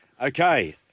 Okay